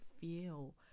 feel